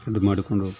ಇದು ಮಾಡಿಕೊಂಡು